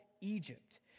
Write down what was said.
Egypt